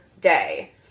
day